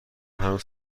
هنوز